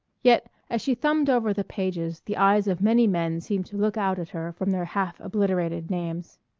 yet as she thumbed over the pages the eyes of many men seemed to look out at her from their half-obliterated names.